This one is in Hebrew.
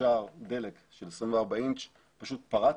מקשר דלק של 24 אינצ' פשוט פרץ.